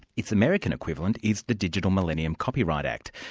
its american equivalent is the digital millennium copyright act.